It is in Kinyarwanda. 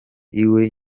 iwe